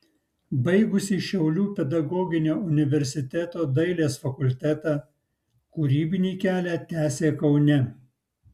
baigusi šiaulių pedagoginio universiteto dailės fakultetą kūrybinį kelią tęsė kaune